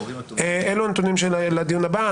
אלו הנתונים לדיון הבא.